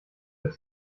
wird